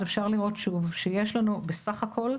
אז אפשר לראות שוב שיש לנו בסך הכל,